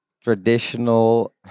traditional